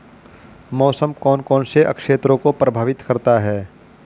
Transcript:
मौसम कौन कौन से क्षेत्रों को प्रभावित करता है?